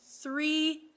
three